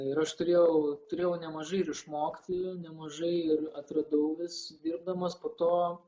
ir aš turėjau turėjau nemažai ir išmokti nemažai ir atradau vis dirbdamas po to